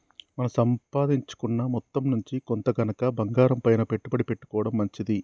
మన సంపాదించుకున్న మొత్తం నుంచి కొంత గనక బంగారంపైన పెట్టుబడి పెట్టుకోడం మంచిది